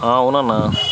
ఆ అవునన్నా